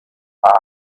park